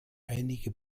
einige